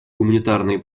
гуманитарные